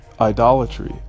idolatry